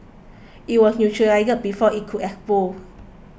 it was neutralised before it could explode